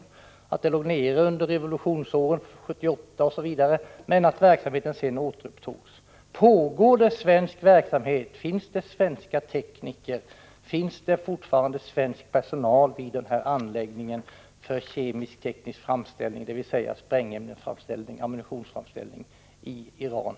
Vi vet att arbetet låg nere under revolutionsåren från 1978 och framåt men att verksamheten sedan återupptogs. Pågår det svensk verksamhet och finns det i dagsläget svensk personal vid anläggningen för kemisk-teknisk framställning, dvs. sprängämnesoch ammunitionsframställning, i Iran?